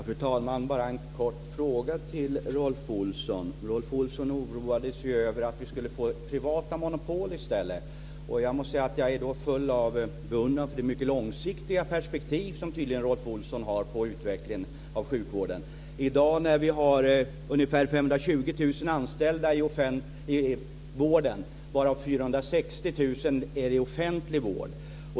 Fru talman! Jag har en kort fråga till Rolf Olsson. Rolf Olsson oroade sig över att vi skulle få privata monopol. Jag är full av beundran för det långsiktiga perspektiv som Rolf Olsson har på utvecklingen av sjukvården. 460 000 är anställda i offentlig vård.